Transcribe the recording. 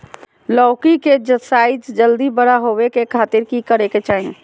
लौकी के साइज जल्दी बड़ा होबे खातिर की करे के चाही?